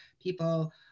people